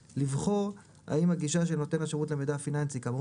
(3)לבחור אם הגישה של נותן השירות למידע פיננסי כאמור